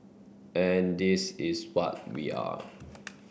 and this is what we are